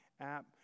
app